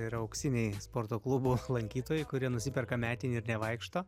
yra auksiniai sporto klubo lankytojai kurie nusiperka metinį ir nevaikšto